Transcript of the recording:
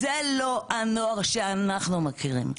זה לא הנוער שאנחנו מכירים,